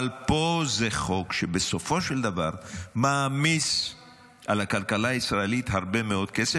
אבל פה זה חוק שבסופו של דבר מעמיס על הכלכלה הישראלית הרבה מאוד כסף,